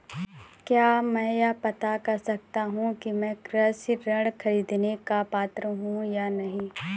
क्या मैं यह पता कर सकता हूँ कि मैं कृषि ऋण ख़रीदने का पात्र हूँ या नहीं?